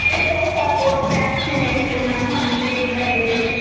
ఏం లేవు sir covid vaccine వేసుకున్నాను అంతే ఇంకా ఏం లేవు సార్